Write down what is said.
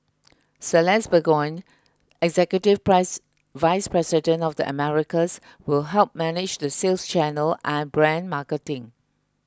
Celeste Burgoyne executive vice president of the Americas will help manage the sales channel and brand marketing